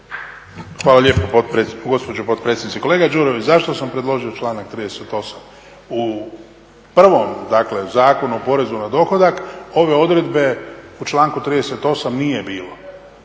Hvala lijepo gospođo potpredsjednice. Kolega Đurović zašto sam predložio članak 38.? U prvom Zakonu o porezu na dohodak ove odredbe u članku 38.nije bilo.